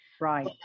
Right